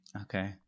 Okay